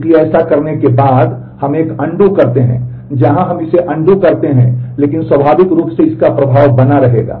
इसलिए ऐसा करने के बाद हम एक अनडू करते हैं लेकिन स्वाभाविक रूप से इनका प्रभाव बना रहेगा